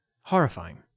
Horrifying